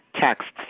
texts